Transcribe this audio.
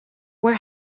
were